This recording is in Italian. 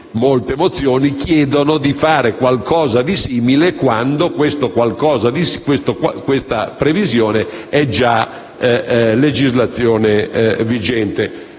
Molte mozioni chiedono di fare qualcosa di simile quando questa previsione è già legislazione vigente.